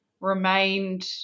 remained